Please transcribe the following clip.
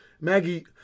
Maggie